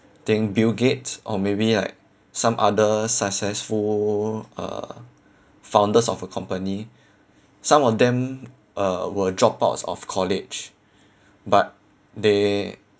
think bill gates or maybe like some other successful uh founders of a company some of them uh were dropouts of college but they